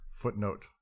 footnote